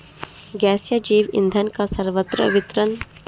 गैसीय जैव ईंधन का सर्वत्र वितरण आसानी से पाइपलाईन से किया जा सकता है